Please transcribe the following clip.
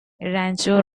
rancho